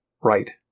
right